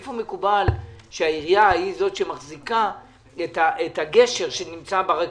איפה מקובל שהעירייה היא זאת שמחזיקה את הגשר שנמצא ברכבת?